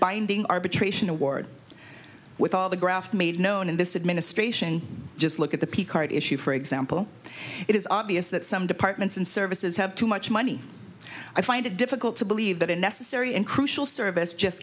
binding arbitration award with all the graft made known in this administration just look at the picart issue for example it is obvious that some departments and services have too much money i find it difficult to believe that a necessary and crucial service just